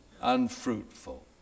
unfruitful